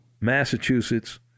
Massachusetts